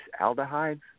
aldehydes